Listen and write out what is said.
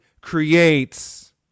creates